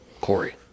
Corey